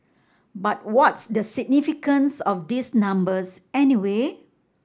but what's the significance of these numbers anyway